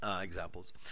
examples